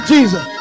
Jesus